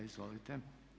Izvolite.